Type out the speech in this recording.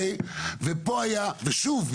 ושוב,